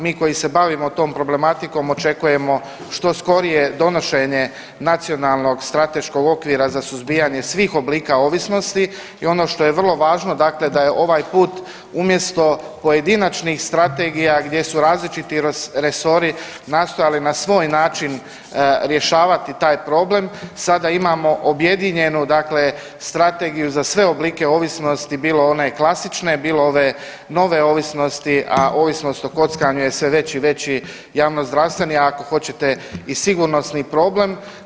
Mi koji se bavimo tom problematikom očekujemo što skorije donošenje nacionalnog strateškog okvira za suzbijanje svih oblika ovisnosti i ono što je vrlo važno dakle da je ovaj put umjesto pojedinačnih strategija gdje su različiti resori nastojali na svoj način rješavati taj problem sada imamo objedinjenu dakle strategiju za sve oblike ovisnosti bilo one klasične, bilo ove nove ovisnosti, a ovisnost o kockanju je sve veći i veći javnozdravstveni, ako hoćete i sigurnosni problem.